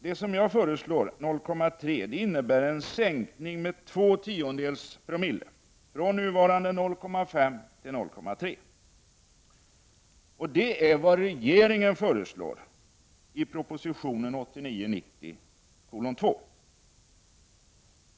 Det jag föreslår, 0,3 Zoo, innebär en sänkning med två tiondels promille, från nuvarande 0,5 till 0,3. Det är vad regeringen föreslår i proposition 1989/90:2.